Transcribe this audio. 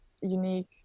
Unique